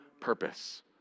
purpose